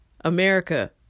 America